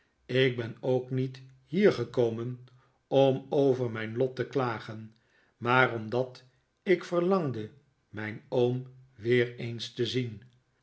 ik ben ook niet hier gekomen om over mijn lot te klagen maar omdat ik verlangde mijn oom weer eens te zien